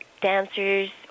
dancers